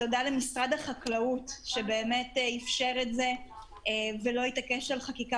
תודה למשרד החקלאות שאפשר את זה ולא התעקש על חקיקה